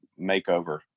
makeover